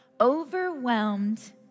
overwhelmed